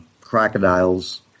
crocodiles